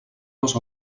dos